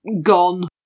gone